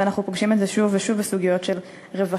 ואנחנו פוגשים את זה שוב ושוב בסוגיות של רווחה.